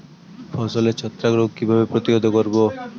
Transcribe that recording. ফসলের ছত্রাক রোগ কিভাবে প্রতিহত করব?